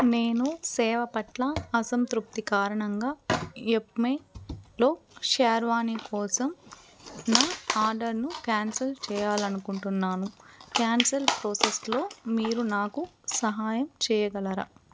నేను సేవ పట్ల అసంతృప్తి కారణంగా యెప్మేలో షేర్వానీ కోసం నా ఆర్డర్ను క్యాన్సల్ చేయాలనుకుంటున్నాను క్యాన్సల్ ప్రోసెస్లో మీరు నాకు సహాయం చేయగలరా